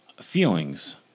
feelings